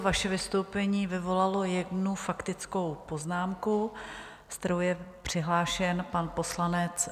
Vaše vystoupení vyvolalo jednu faktickou poznámku, se kterou je přihlášen pan poslanec David Kasal.